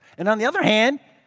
and on the other hand,